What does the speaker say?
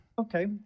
Okay